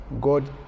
God